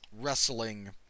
wrestling